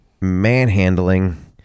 manhandling